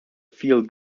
feel